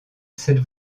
cette